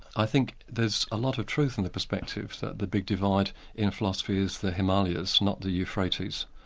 i think there's a lot of truth in the perspective that the big divide in philosophy is the himalayas, not the euphrates.